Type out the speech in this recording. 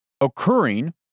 occurring